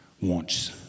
wants